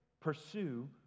pursue